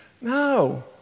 No